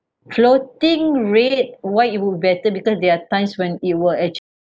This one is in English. floating rate why it'd be better because there are times when it will actu~